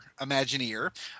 Imagineer